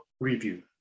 review